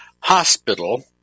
hospital